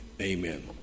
Amen